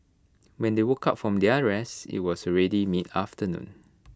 when they woke up from their rest IT was already mid afternoon